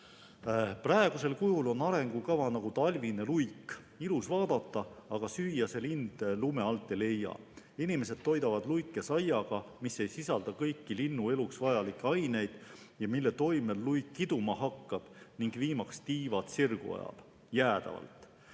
"Praegusel kujul on arengukava nagu talvine luik: ilus vaadata, aga süüa see lind lume alt ei leia. Inimesed toidavad luike saiaga, mis ei sisalda kõiki linnu eluks vajalikke aineid ja mille toimel luik kiduma hakkab ning viimaks tiivad sirgu ajab. Jäädavalt."